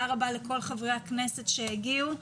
תודה רבה לכל חברי הכנסת שהגיעו.